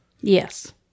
Yes